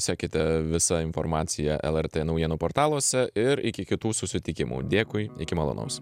sekite visą informaciją lrt naujienų portaluose ir iki kitų susitikimų dėkui iki malonaus